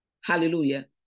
Hallelujah